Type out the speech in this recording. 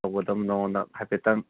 ꯇꯧꯒꯗꯕꯅꯣꯅ ꯍꯥꯏꯐꯦꯠꯇꯪ